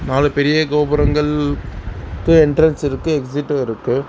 நாலு பெரிய கோபுரங்கள் இருக்குது எண்ட்ரென்ஸ் இருக்குது எக்சிட்டும் இருக்குது